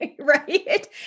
right